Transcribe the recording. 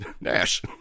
Nash